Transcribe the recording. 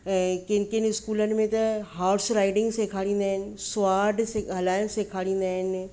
ऐं किनि किनि स्कूलनि में त हॉर्स राइडिंग सेखारींदा आहिनि स्वाड सेख हलाइणु सेखारींदा आहिनि